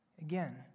Again